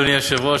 אדוני היושב-ראש,